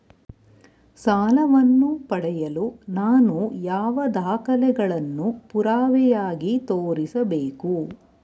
ಸಾಲವನ್ನು ಪಡೆಯಲು ನಾನು ಯಾವ ದಾಖಲೆಗಳನ್ನು ಪುರಾವೆಯಾಗಿ ತೋರಿಸಬೇಕು?